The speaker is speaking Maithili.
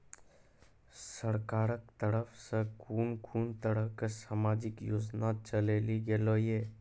सरकारक तरफ सॅ कून कून तरहक समाजिक योजना चलेली गेलै ये?